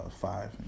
five